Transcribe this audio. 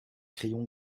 crayons